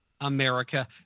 America